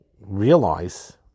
realize